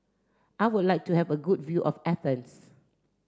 I would like to have a good view of Athens